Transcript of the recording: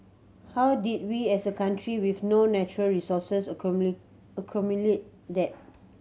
how did we as a country with no natural resources accumulate that